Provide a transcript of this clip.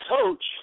coach